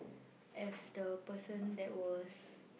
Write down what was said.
as the person that was